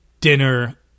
dinner